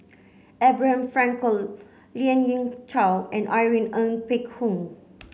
Abraham Frankel Lien Ying Chow and Irene Ng Phek Hoong